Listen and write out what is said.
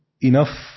enough